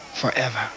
forever